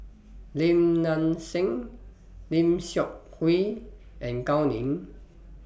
Lim Nang Seng Lim Seok Hui and Gao Ning